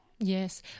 Yes